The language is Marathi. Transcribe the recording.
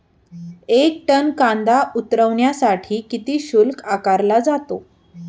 एक टन कांदा उतरवण्यासाठी किती शुल्क आकारला जातो?